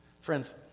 Friends